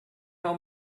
how